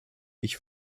ich